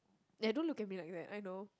and don't look at me like that I know